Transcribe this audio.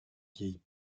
vieilles